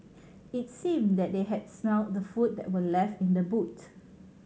it seemed that they had smelt the food that were left in the boot